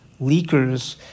leakers